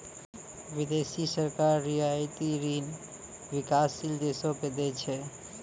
बिदेसी सरकार रियायती ऋण बिकासशील देसो के दै छै